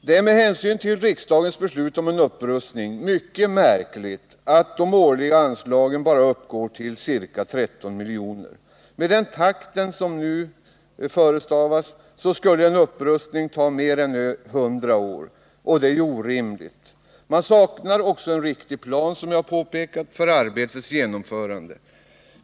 Det är med hänsyn till riksdagens beslut om upprustning mycket märkligt att de årliga anslagen bara uppgår till ca 13 milj.kr. Med denna takt skulle en upprustning ta mer än 100 år, vilket är orimligt. Man saknar, som sagt, också en riktig plan för arbetets genomförande.